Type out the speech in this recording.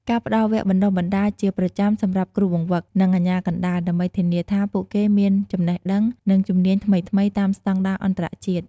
ការផ្តល់វគ្គបណ្តុះបណ្តាលជាប្រចាំសម្រាប់គ្រូបង្វឹក និងអាជ្ញាកណ្តាល ដើម្បីធានាថាពួកគេមានចំណេះដឹង និងជំនាញថ្មីៗតាមស្តង់ដារអន្តរជាតិ។